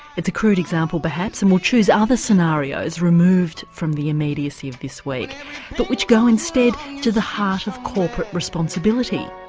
it's a crude example perhaps and we'll choose other scenarios removed from the immediacy of this week but which go instead to the heart of corporate responsibility.